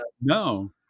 No